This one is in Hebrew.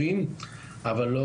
היום